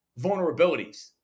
vulnerabilities